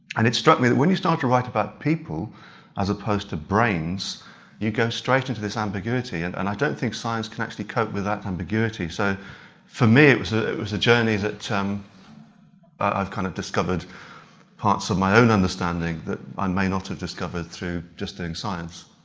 and it struck me that when you start to write about people as opposed to brains you go straight into this ambiguity and and i don't think science can actually cope with that ambiguity. so for me it was ah it was a journey that um i've kind of discovered parts of my own understanding that i may not have discovered through just doing science.